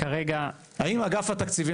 האם אגף התקציבים